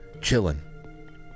chilling